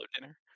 dinner